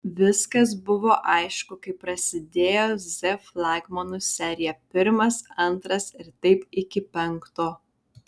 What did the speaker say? viskas buvo aišku kai prasidėjo z flagmanų serija pirmas antras ir taip iki penkto